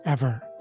ever.